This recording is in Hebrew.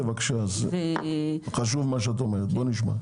בבקשה, חשוב מה שאת אומרת, נשמע.